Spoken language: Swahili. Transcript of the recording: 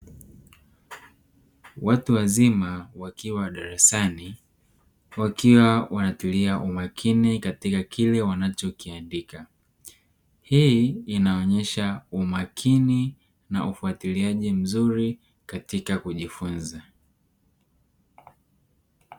Watu wazima wakiwa darasani wakiwa wanatilia umakini katika kile wanachokiandika. Hii inaonyesha umakini na ufatiliaji mzuri katika kujifunza.